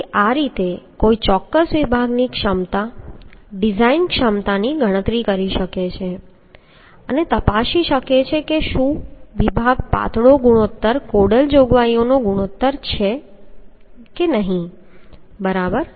તેથી આ રીતે કોઈ ચોક્કસ વિભાગની ક્ષમતા ડિઝાઇન ક્ષમતાની ગણતરી કરી શકે છે અને તપાસી શકે છે કે શું તે વિભાગ પાતળો ગુણોત્તર કોડલ જોગવાઈઓનો ગુણોત્તર છે કે નહીં બરાબર